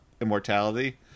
immortality